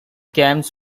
camps